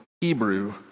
Hebrew